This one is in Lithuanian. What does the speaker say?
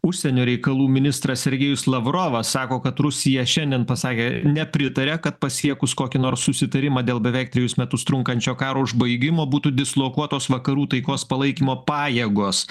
užsienio reikalų ministras sergejus lavrovas sako kad rusija šiandien pasakė nepritaria kad pasiekus kokį nors susitarimą dėl beveik trejus metus trunkančio karo užbaigimo būtų dislokuotos vakarų taikos palaikymo pajėgos